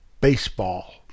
Baseball